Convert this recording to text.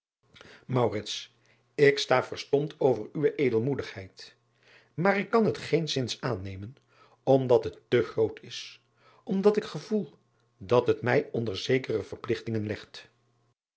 k sta verstomd over uwe edelmoedigheid maar ik kan het geenszins aannemen omdat het te groot is omdat ik gevoel dat het mij onder zekere verpligtingen legt